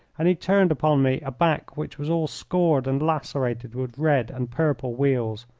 and he turned upon me a back which was all scored and lacerated with red and purple weals.